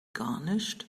garnished